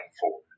forward